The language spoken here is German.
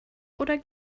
oder